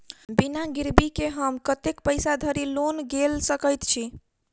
बिना गिरबी केँ हम कतेक पैसा धरि लोन गेल सकैत छी?